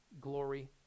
glory